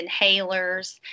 inhalers